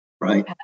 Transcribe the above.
Right